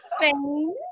Spain